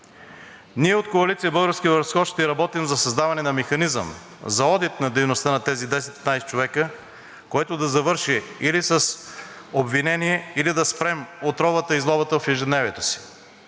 Ние от Коалиция „Български възход“ ще работим за създаване на механизъм за одит на дейността на тези 10 – 15 човека, което да завърши или с обвинение, или да спрем отровата и злобата в ежедневието си.